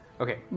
Okay